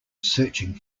searching